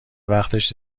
وقتش